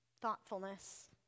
Thoughtfulness